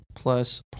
Plus